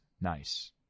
nice